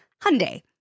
Hyundai